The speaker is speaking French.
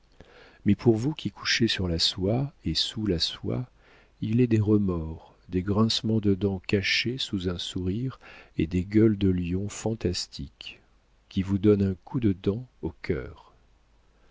mais pour vous qui couchez sur la soie et sous la soie il est des remords des grincements de dents cachés sous un sourire et des gueules de lions fantastiques qui vous donnent un coup de dent au cœur